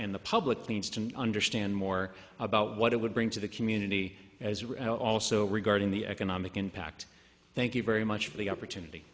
in the public needs to understand more about what it would bring to the community as also regarding the economic impact thank you very much for the opportunity